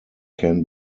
can